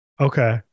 Okay